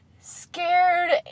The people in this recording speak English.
scared